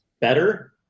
better